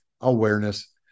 awareness